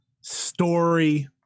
story